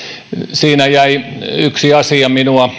siinä jäi yksi asia